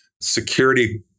security